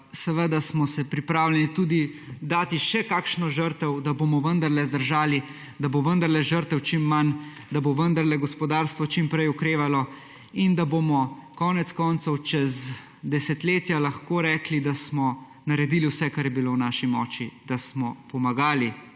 in da smo pripravljeni tudi dati še kakšno žrtev, da bomo vendarle zdržali, da bo vendarle žrtev čim manj, da bo vendarle gospodarstvo čim prej okrevalo in da bomo konec koncev čez desetletja lahko rekli, da smo naredili vse, kar je bilo v naši moči, da smo pomagali